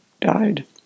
died